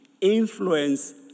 influence